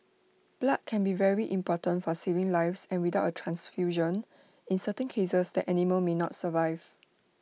blood can be very important for saving lives and without A transfusion in certain cases the animal may not survive